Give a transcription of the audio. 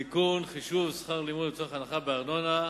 (תיקון, חישוב שכר לימוד לצורך הנחה בארנונה),